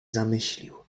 zamyślił